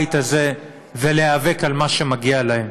לבית הזה, ולהיאבק על מה שמגיע להם.